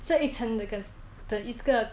这一层的跟的一个